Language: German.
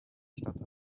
stadt